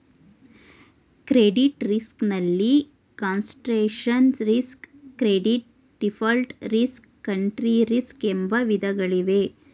credit risk ನಲ್ಲಿ concentration risk, credit default risk, country risk ಎಂಬ ವಿಧಗಳಿವೆ